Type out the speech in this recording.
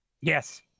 Yes